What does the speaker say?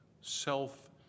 Self